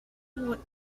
what